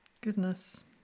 Goodness